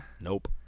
Nope